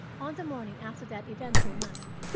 on the morning after that eventful night,